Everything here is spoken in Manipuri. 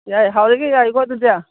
ꯌꯥꯏ ꯍꯥꯎꯔꯤꯒꯩ ꯌꯥꯏꯀꯣ ꯑꯗꯨꯗꯤ